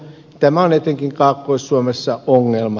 tämä on etenkin kaakkois suomessa ongelma